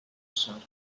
sort